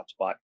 hotspot